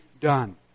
done